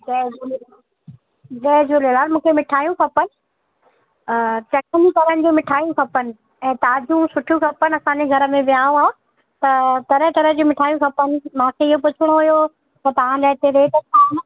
जय झूले जय झूलेलाल मुखे मिठायूं खपनि चकमी तरह जूं मिठायूं खपनि ऐं ताज़ियूं सुठी खपनि असांजे घर में वियांव आहे त तरह तरह जूं मिठायूं खपनि मूंखे इहे पुछिणो हुयो त तव्हांजे हिते रेट छा आहिनि